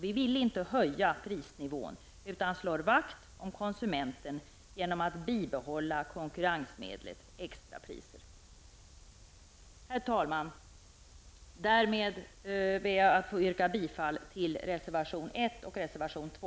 Vi vill inte höja prisnivån, utan slår vakt om konsumenten genom att föreslå att konkurrensmedlet extrapriser bibehålls. Herr talman! Jag yrkar härmed bifall till reservationerna 1 och 2.